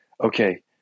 okay